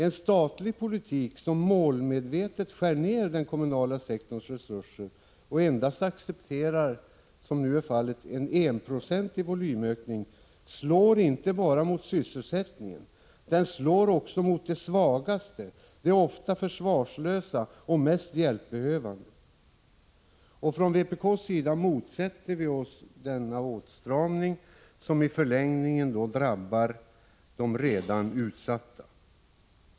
En statlig politik där man målmedvetet skär ned den kommunala sektorns resurser och, som nu är fallet, endast accepterar en enprocentig volymökning slår inte bara mot sysselsättningen utan också mot de svagaste, de oftast försvarslösa och mest hjälpbehövande. Från vpk:s sida motsätter vi oss den föreslagna åtstramningen, som i förlängningen drabbar de redan utsatta.